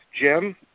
Jim